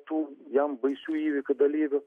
tų jam baisių įvykių dalyvių